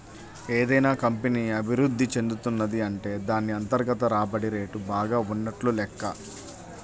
ఏదైనా కంపెనీ అభిరుద్ధి చెందుతున్నది అంటే దాన్ని అంతర్గత రాబడి రేటు బాగా ఉన్నట్లు లెక్క